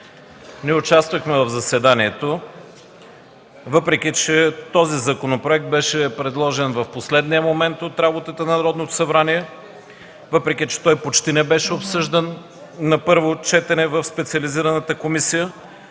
Ние участвахме в заседанието, въпреки че този законопроект беше предложен в последния момент от работата на Народното събрание, въпреки че той почти не беше обсъждан на първо четене в специализираната комисия.